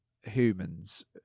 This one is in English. humans